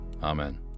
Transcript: Amen